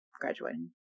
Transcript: graduating